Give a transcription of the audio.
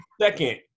second